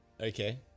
Okay